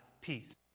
peace